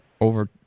over